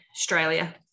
Australia